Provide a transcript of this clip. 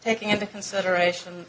taking into consideration